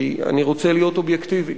כי אני רוצה להיות אובייקטיבי.